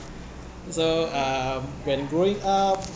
so um when growing up